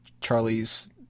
Charlie's